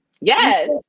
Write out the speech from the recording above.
Yes